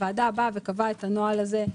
הוועדה קבעה את הנוהל הזה.